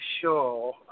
sure